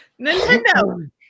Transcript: Nintendo